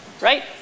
right